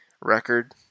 record